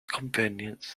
companions